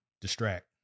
distract